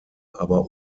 aber